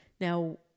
now